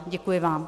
Děkuji vám.